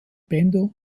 bender